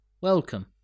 welcome